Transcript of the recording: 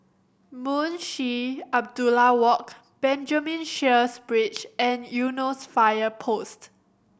Munshi Abdullah Walk Benjamin Sheares Bridge and Eunos Fire Post